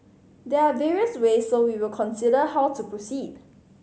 there are various ways so we will consider how to proceed